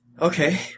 Okay